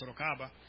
Sorocaba